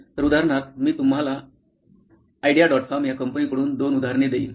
तर उदाहरणार्थ मी तुम्हाला आयडिओ डॉट कॉम या कंपनीकडून दोन उदाहरणे देईन